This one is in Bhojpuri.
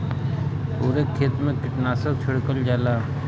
पुरे खेत मे कीटनाशक छिड़कल जाला